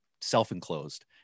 self-enclosed